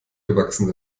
gewachsen